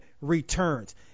returns